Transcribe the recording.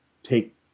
take